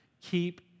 Keep